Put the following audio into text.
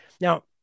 Now